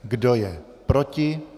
Kdo je proti?